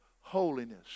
holiness